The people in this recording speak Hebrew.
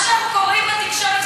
מה שאנחנו קוראים בתקשורת זה שקר?